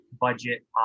budget